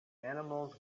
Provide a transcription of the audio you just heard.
animals